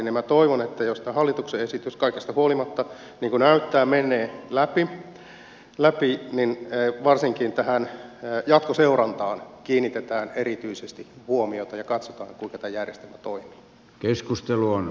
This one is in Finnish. minä toivon että jos tämä hallituksen esitys kaikesta huolimatta niin kuin näyttää menee läpi niin varsinkin tähän jatkoseurantaan kiinnitetään erityisesti huomiota ja katsotaan kuinka tämä järjestelmä toimii